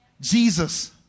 Jesus